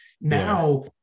Now